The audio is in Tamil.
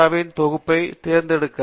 இன் தொகுப்பை தேர்ந்தெடுக்கவும்